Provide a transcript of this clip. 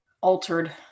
altered